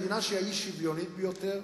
מדינה שהיא האי-שוויונית ביותר,